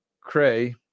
Cray